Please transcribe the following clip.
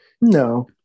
no